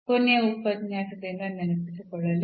ಕೊನೆಯ ಉಪನ್ಯಾಸದಿಂದ ನೆನಪಿಸಿಕೊಳ್ಳಲು